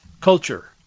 culture